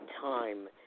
time